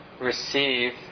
receive